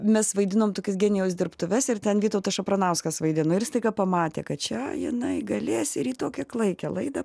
mes vaidinom tokias genijaus dirbtuves ir ten vytautas šapranauskas vaidino ir jis staiga pamatė kad čia jinai galės ir į tokią klaikią laidą